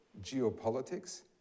geopolitics